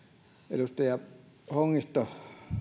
edustaja hongisto